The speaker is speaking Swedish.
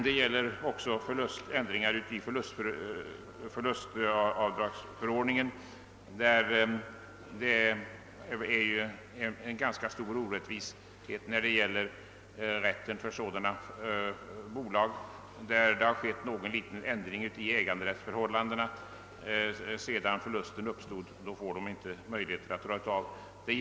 Detta gäller också förlustavdragsförordningen, vilken innehåller ganska stora orättvisor när det gäller bolag, i vilka det skett någon liten förändring av äganderättsförhållandena sedan förlusten uppstått. Sådana bolag har inte rätt att göra avdrag för förluster.